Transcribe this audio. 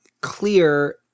clear